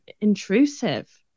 intrusive